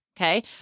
Okay